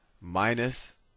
minus